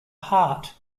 heart